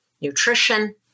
nutrition